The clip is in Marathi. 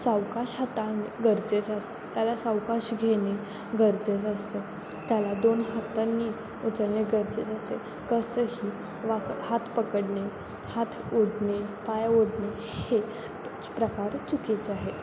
सावकाश हाताळणे गरजेचं असतं त्याला सावकाश घेणे गरजेचं असतं त्याला दोन हातांनी उचलणे गरजेचं असते कसंही वाक हात पकडणे हात ओढणे पाय ओढणे हे प्रकार चुकीचं आहे